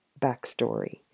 backstory